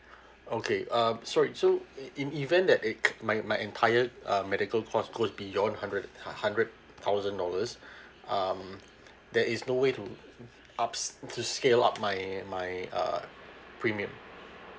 okay um sorry so in event that my my entire um medical cost could beyond hundred hundred thousand dollars um there is no way to ups~ to scale up my my uh premium